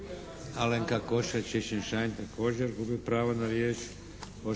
Alenka Košiša Čičin-Šain. Također gubi pravo na riječ.